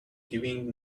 giving